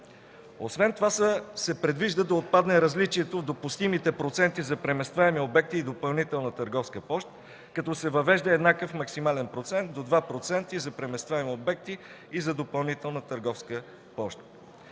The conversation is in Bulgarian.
Освен това се предвижда да отпадне различието в допустимите проценти за преместваеми обекти и допълнителна търговска площ, като се въвежда еднакъв максимален процент до 2% за преместваеми обекти и за допълнителна търговска площ.